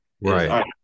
Right